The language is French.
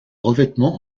revêtement